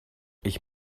ich